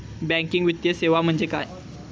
Banking वित्तीय सेवा म्हणजे काय?